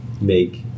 make